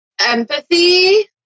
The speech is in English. empathy